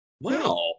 Wow